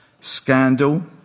scandal